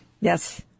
Yes